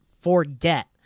forget